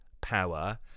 power